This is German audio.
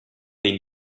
den